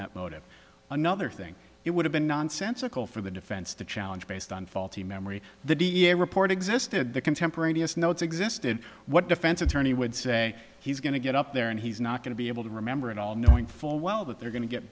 that motive another thing it would have been nonsensical for the defense to challenge based on faulty memory the d n a report existed the contemporaneous notes existed what defense attorney would say he's going to get up there and he's not going to be able to remember at all knowing full well that they're going to get